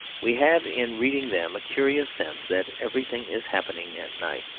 we have in reading them a curious sense that everything is happening at night.